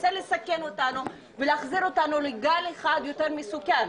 ורוצה לסכן אותנו ולהחזיר אותנו לגל אחד יותר מסוכן.